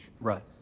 right